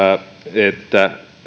että